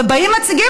ובכמה מצמצמים